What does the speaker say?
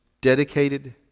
dedicated